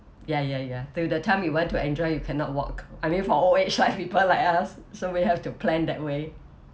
ya ya ya till the time you want to enjoy you cannot walk I mean for old age like people like us so we have to plan that way